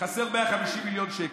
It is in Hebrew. חסרים 150 מיליון שקל,